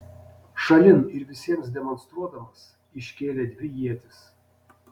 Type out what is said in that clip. šalin ir visiems demonstruodamas iškėlė dvi ietis